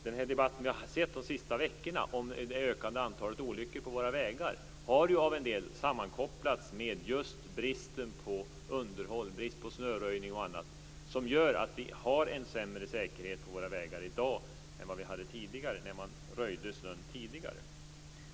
Den debatt som vi har haft de senaste veckorna om det ökande antalet olyckor på våra vägar har ju av en del sammankopplats med just bristen på underhåll, brist på snöröjning och annat, som gör att vi har en sämre säkerhet på våra vägar i dag än vad vi hade när man röjde snön tidigare.